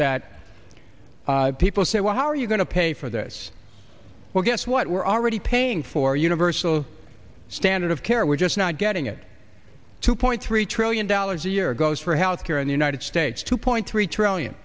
that people say well how are you going to pay for this well guess what we're already paying for universal standard of care we're just not getting it two point three trillion dollars a year goes for health care in the united states two point three trillion